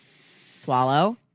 Swallow